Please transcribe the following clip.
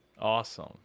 awesome